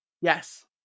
Yes